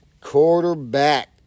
quarterback